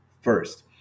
first